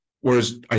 Whereas